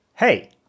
Hey